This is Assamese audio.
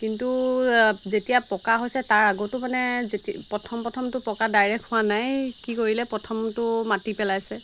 কিন্তু যেতিয়া পকা হৈছে তাৰ আগতো মানে যেতিয়া প্ৰথম প্ৰথমটো পকা ডাইৰেক্ট হোৱা নাই কি কৰিলে প্ৰথমটো মাটি পেলাইছে